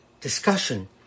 discussion